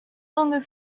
longer